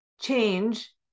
change